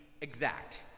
exact